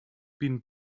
been